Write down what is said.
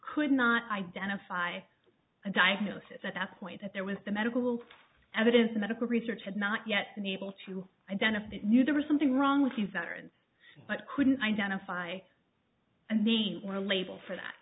could not identify a diagnosis at that point that there was the medical evidence the medical research had not yet been able to identify it knew there was something wrong with the saturn but couldn't identify and the label for that